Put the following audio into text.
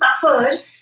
suffered